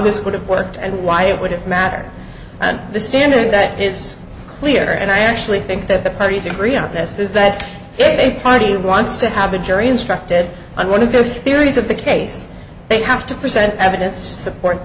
could have worked and why it would have mattered the standing that is clear and i actually think that the parties agree on this is that a party wants to have a jury instructed on one of the theories of the case they have to present evidence to support